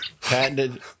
patented